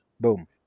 Boom